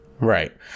Right